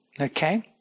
Okay